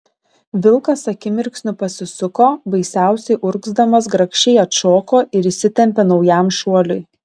vilkas akimirksniu pasisuko baisiausiai urgzdamas grakščiai atšoko ir įsitempė naujam šuoliui